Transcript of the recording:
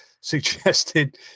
suggested